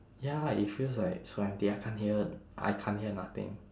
ya it feels like so empty I can't hear I can't hear nothing